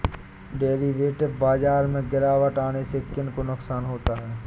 Derivative बाजार में गिरावट आने से किन को नुकसान होता है?